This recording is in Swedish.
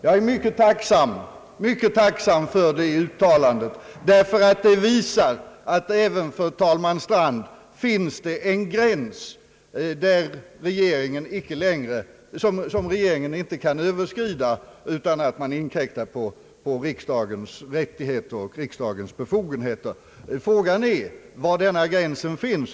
Jag är mycket tacksam för det uttalandet. Det visar, att även för talman Strand finns en gräns, som regeringen inte kan överskrida utan att inkräkta på riksdagens rättigheter och befogenheter. Frågan är var denna gräns finns.